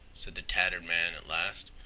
said the tattered man at last.